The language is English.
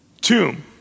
tomb